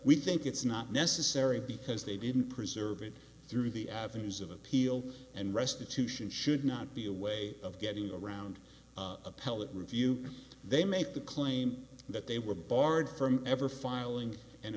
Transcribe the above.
we think it's not necessary because they didn't preserve it through the avenues of appeal and restitution should not be a way of getting around appellate review they make the claim that they were barred from ever filing an